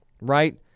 right